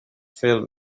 filled